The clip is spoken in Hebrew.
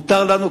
מותר לנו,